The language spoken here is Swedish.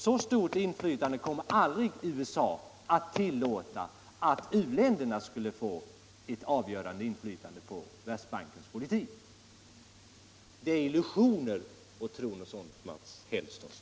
Så stort inflytande som i FN kommer aldrig USA att tillåta u-länderna att få på Världsbankens politik. Det är illusioner att tro något sådant, Mats Hellström.